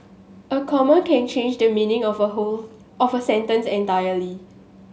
a comma can change the meaning of a whole of a sentence entirely